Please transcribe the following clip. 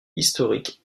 historique